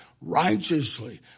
righteously